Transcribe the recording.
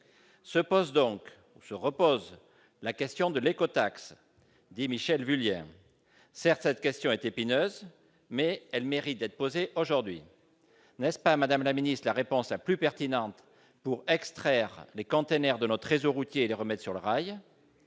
Se pose donc, ou se repose, la question de l'écotaxe, affirme Michèle Vullien. Certes, cette question est épineuse, mais elle mérite d'être posée aujourd'hui. N'est-ce pas, madame la secrétaire d'État, la solution la plus pertinente pour extraire les containers de notre réseau routier et les remettre sur le rail ?